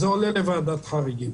אז זה עולה לוועדת חריגים.